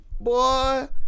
boy